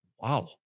Wow